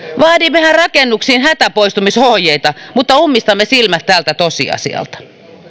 vaadimmehan rakennuksiin hätäpoistumisohjeita mutta ummistamme silmät tältä tosiasialta